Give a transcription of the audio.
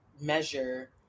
measure